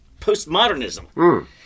postmodernism